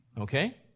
Okay